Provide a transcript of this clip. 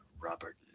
Robert